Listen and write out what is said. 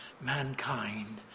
mankind